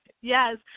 yes